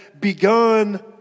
begun